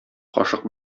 кашык